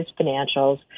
financials